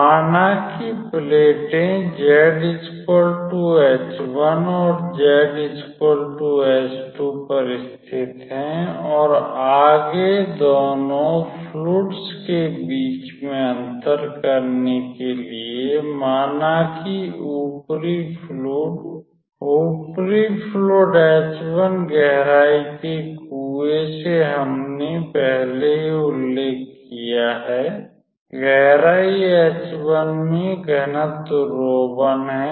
माना कि प्लेटें z h1 और z h2 पर स्थित हैं और आगे दोनों फ्लुइड्स के बीच में अंतर करने के लिए माना कि ऊपरी फ्लुइड ऊपरी फ्लुइड h1 गहराई के कुएं से हमने पहले ही उल्लेख किया है गहराई h1 में घनत्व 𝝆1 है